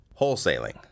wholesaling